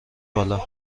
بالا